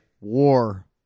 War